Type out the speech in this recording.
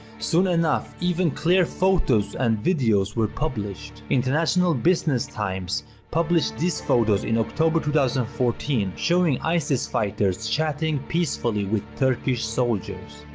soon enough, even clear photos and videos were published. international business times published this photos in october two thousand and fourteen showing isis fighters chatting peacefully with turkish soldiers.